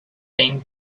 been